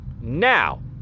now